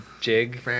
jig